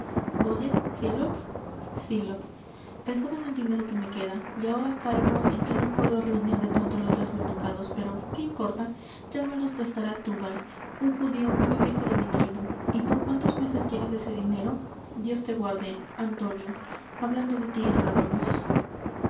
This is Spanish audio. oyes sylock sylock pensaba en el dinero que me queda y ahora caigo en que no puedo reunir de pronto los tres mil ducados pero qué importa ya me los prestará túbal un judío muy rico de mi tribu y por cuántos meses quieres ese dinero dios te guarde antonio hablando de tí estábamos